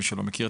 מי שלא מכיר,